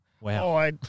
Wow